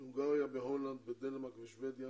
בהונגריה, בהולנד, בדנמרק, בשבדיה,